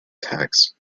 tax